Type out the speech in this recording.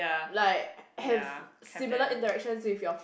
like have similar interactions with your